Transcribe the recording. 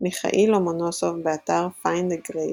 מיכאיל לומונוסוב, באתר "Find a Grave"